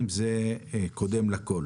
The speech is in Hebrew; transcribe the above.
זה קודם לכל